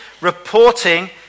reporting